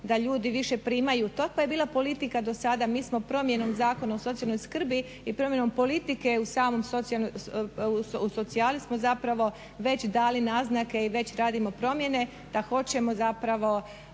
da ljudi više primaju. Takva je bila politika do sada. Mi smo promjenom Zakona o socijalnoj skrbi i promjenom politike u socijali već dali naznake i već radimo promjeno da hoćemo dati